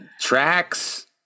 Tracks